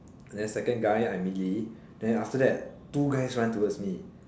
then second guy I melee then after that two guys run towards me